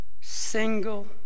single